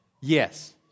yes